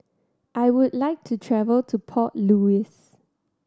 I would like to travel to Port Louis